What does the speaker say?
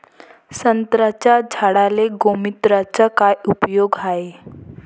संत्र्याच्या झाडांले गोमूत्राचा काय उपयोग हाये?